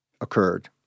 occurred